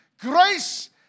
Grace